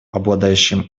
обладающим